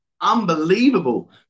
unbelievable